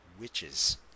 Witches